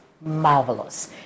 marvelous